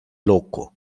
loko